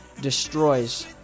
destroys